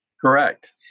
Correct